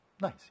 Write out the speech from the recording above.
Nice